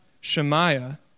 Shemaiah